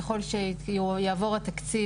ככל שיעבור התקציב,